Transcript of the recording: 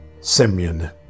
simeon